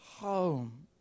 home